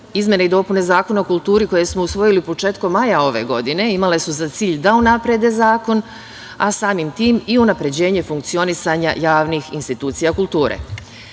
i dopune Zakona o kulturi koje smo usvojili početkom maja ove godine imale su za cilj da unaprede zakon, a samim tim i unapređenje funkcionisanja javnih institucija kulture. Pomenute